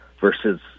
versus